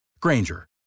Granger